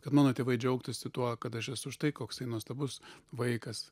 kad mano tėvai džiaugtųsi tuo kad aš esu štai koksai nuostabus vaikas